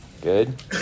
Good